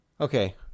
Okay